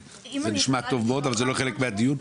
זה נשמע טוב מאוד אבל זה לא חלק מהדיון.